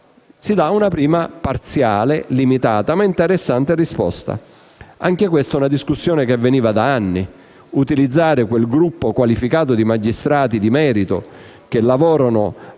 Si dà una prima, parziale, limitata ma interessante risposta. Anche questa è una discussione che avveniva da anni nella quale ci si chiedeva se utilizzare quel gruppo qualificato di magistrati di merito che lavorano